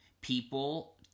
people